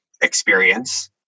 experience